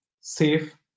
safe